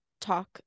talk